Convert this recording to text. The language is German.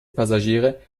passagiere